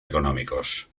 económicos